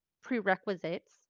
prerequisites